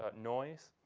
ah noise.